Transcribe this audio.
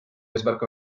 eesmärk